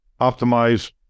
optimize